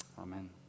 Amen